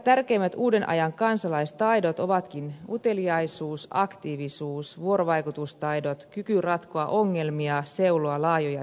tärkeimmät uuden ajan kansalaistaidot ovatkin uteliaisuus aktiivisuus vuorovaikutustaidot sekä kyky ratkoa ongelmia ja seuloa laajoja tietomassoja